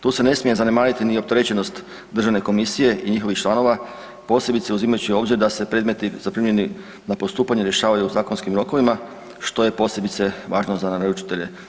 Tu se ne smije zanemariti ni opterećenost državne komisije i njihovih članova posebice uzimajući u obzir da se predmeti zaprimljeni na postupanje rješavaju u zakonskim rokovima što je posebice važno za naručitelje.